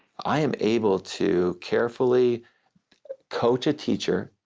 i am able to carefully coach a teacher,